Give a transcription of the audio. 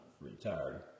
retired